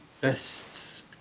best